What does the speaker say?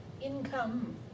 income